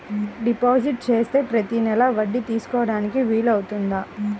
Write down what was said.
Deposit చేస్తే ప్రతి నెల వడ్డీ తీసుకోవడానికి వీలు అవుతుందా?